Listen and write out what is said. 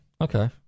okay